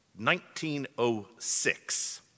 1906